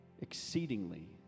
exceedingly